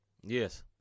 Yes